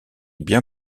bien